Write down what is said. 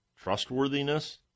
trustworthiness